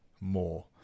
more